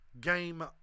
Game